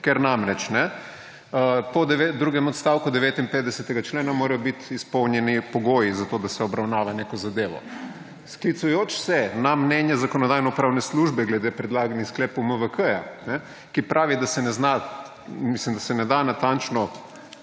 ker namreč, po drugem odstavku 59. člena, morajo biti izpolnjeni pogoji za to, da se obravnava neko zadevo. Sklicujoč se na mnenje Zakonodajno-pravne službe glede predlaganih sklepov MVK-ja, ki pravi, da se ne da natančno